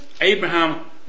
Abraham